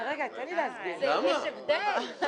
יש הבדל.